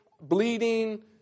bleeding